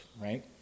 right